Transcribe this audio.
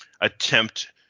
attempt